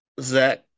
Zach